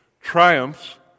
triumphs